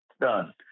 done